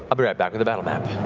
ah be right back with a battle map.